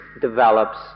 develops